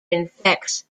infects